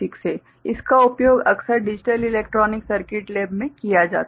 इसका उपयोग अक्सर डिजिटल इलेक्ट्रॉनिक सर्किट लैब में किया जाता है